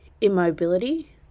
immobility